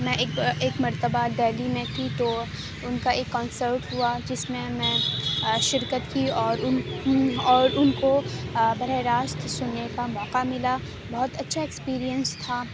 میں ایک با ایک مرتبہ دہلی میں تھی تو ان کا ایک کنسرٹ ہوا جس میں میں شركت كی اوران ان اور ان كو براہ راست سننے کا موقعہ ملا بہت اچھا ایکسپرینس تھا